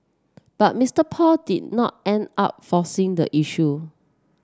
but Mister Paul did not end up forcing the issue